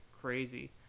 crazy